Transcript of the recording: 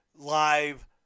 live